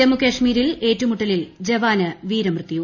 ജമ്മുകശ്മീരിൽ ഏറ്റുമുട്ടലിൽ ജവാന് വീരമൃത്യു